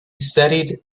studied